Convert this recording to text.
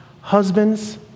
husbands